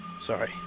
Sorry